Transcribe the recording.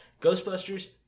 ghostbusters